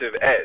edge